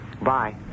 Bye